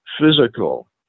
physical